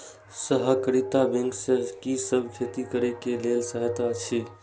सहकारिता बैंक से कि सब खेती करे के लेल सहायता अछि?